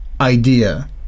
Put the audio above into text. idea